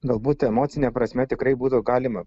galbūt emocine prasme tikrai būtų galima